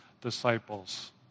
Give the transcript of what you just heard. disciples